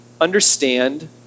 understand